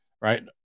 right